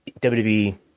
WWE